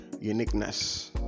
uniqueness